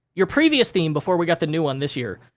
your previous theme before we got the new one this year,